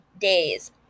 days